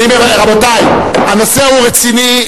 רבותי, הנושא רציני.